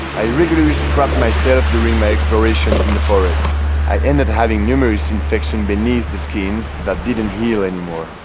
regularly scrub myself during my exploration in the forest i ended up having numerous infection beneath the skin that didn't heal anymore.